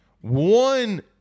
One